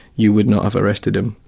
you would not have arrested him.